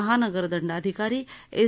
महानगर दंडाधिकारी एस